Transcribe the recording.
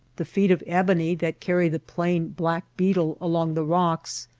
the feet of ebony that carry the plain black beetle along the rocks,